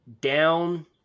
down